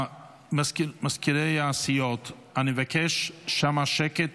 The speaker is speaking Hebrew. מזכירי הסיעות, אני מבקש שם שקט.